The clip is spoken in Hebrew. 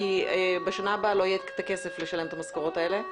כי בשנה הבאה לא יהיה את הכסף לשלם את המשכורות האלה.